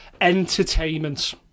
entertainment